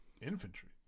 Infantry